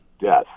death